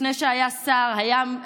לפני שהיה נשיא,